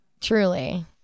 Truly